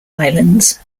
islands